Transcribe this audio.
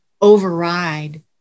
override